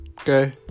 Okay